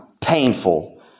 painful